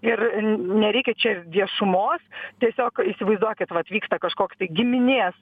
ir nereikia čia viešumos tiesiog įsivaizduokit vat vyksta kažkoks tai giminės